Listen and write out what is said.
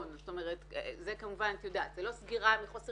בזנות במדינת ישראל שלפחות לפי המחקר של פרופסור אדלשטיין,